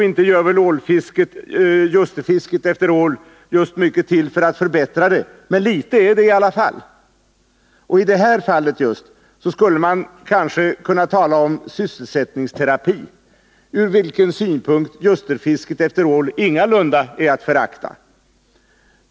Inte gör väl ljusterfisket efter ål mycket till för att förbättra den, men litet är det trots allt. I det här fallet skulle man kanske kunna tala om sysselsättningsterapi, ur vilken synpunkt ljusterfisket efter ål ingalunda är att förakta.